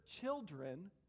children